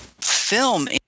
Film